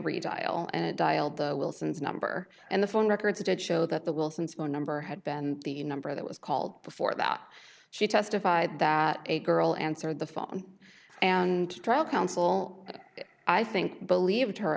redial and dialed the wilsons number and the phone records did show that the wilsons phone number had been the number that was called before that she testified that a girl answered the phone and trial counsel i think believed her